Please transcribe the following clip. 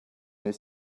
his